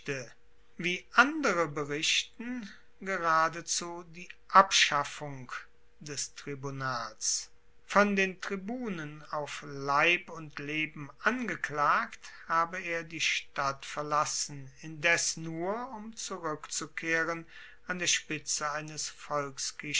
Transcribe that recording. wie andere berichten geradezu die abschaffung des tribunats von den tribunen auf leib und leben angeklagt habe er die stadt verlassen indes nur um zurueckzukehren an der spitze eines